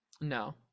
No